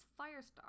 Firestar